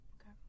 Okay